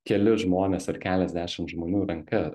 keli žmonės ar keliasdešim žmonių ranka